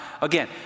again